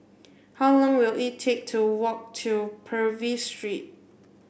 how long will it take to walk to Purvis Street